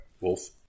wolf